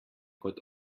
kot